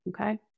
Okay